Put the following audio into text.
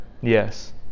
Yes